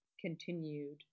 continued